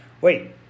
wait